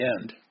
end